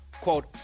Quote